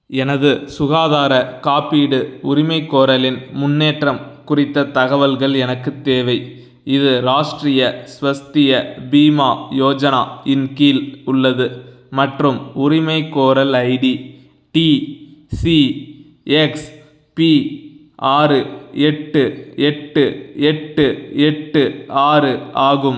எனது சுகாதார காப்பீடு உரிமைக்கோரலின் முன்னேற்றம் குறித்த தகவல்கள் எனக்கு தேவை இது ராஷ்ட்ரிய ஸ்வஸ்திய பீமா யோஜனா இன் கீழ் உள்ளது மற்றும் உரிமைக்கோரல் ஐடி டிசிஎக்ஸ்பி ஆறு எட்டு எட்டு எட்டு எட்டு ஆறு ஆகும்